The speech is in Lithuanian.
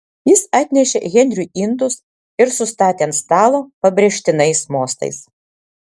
jis atnešė henriui indus ir sustatė ant stalo pabrėžtinais mostais